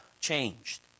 changed